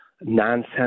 nonsense